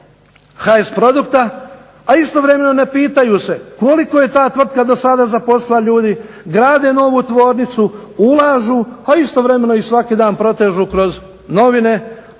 HS produkta, a istovremeno ne pitaju se koliko je ta tvrtka do sada zaposlila ljudi, grade novu tvornicu, ulažu, a istovremeno ih svaki dan protežu kroz novine,